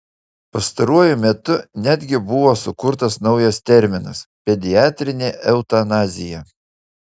pastaruoju metu netgi buvo sukurtas naujas terminas pediatrinė eutanazija